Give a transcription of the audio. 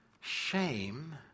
Shame